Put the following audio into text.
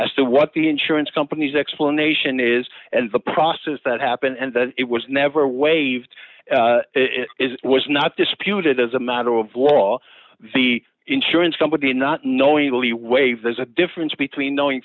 as to what the insurance company's explanation is and the process that happened and it was never waived is was not disputed as a matter of law the insurance company not knowingly waive there's a difference between knowing